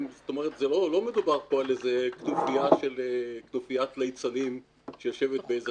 לא מדובר כאן על כנופיית ליצנים שיושבת באיזה